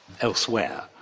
elsewhere